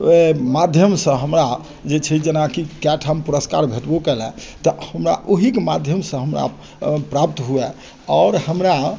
माध्यम से हमरा जे छै जेनाकि कए ठाम पुरस्कार भेटबो कयल तऽ हमरा ओहिके माध्यम से हमरा प्राप्त हुए आओर हमरा